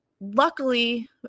luckily